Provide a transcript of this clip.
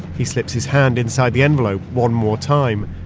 he slips his hand inside the envelope one more time.